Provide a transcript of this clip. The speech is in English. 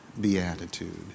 beatitude